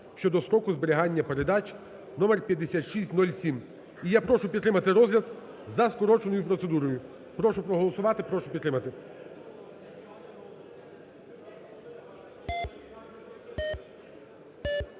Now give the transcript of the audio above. щодо строку зберігання передач (номер 5607). І я прошу підтримати розгляд за скороченою процедурою. Прошу проголосувати, прошу підтримати.